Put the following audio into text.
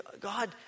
God